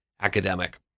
academic